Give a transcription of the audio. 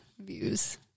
views